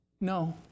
No